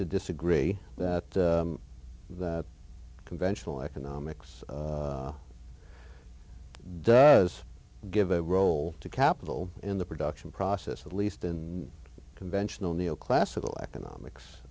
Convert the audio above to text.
to disagree that the conventional economics does give a role to capital in the production process at least in conventional neoclassical economics